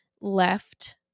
left